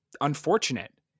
unfortunate